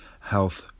health